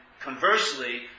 conversely